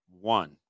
one